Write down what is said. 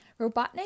Robotnik